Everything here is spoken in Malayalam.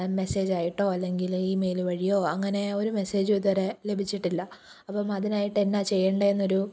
മെസ്സേജായിട്ടോ അല്ലെങ്കില് ഇമെയില് വഴിയോ അങ്ങനെ ഒരു മെസ്സേജും ഇതുവരെ ലബിച്ചിട്ടില്ല അപ്പോള് അതിനായിട്ട് എന്നാ ചെയ്യണ്ടേന്നൊരു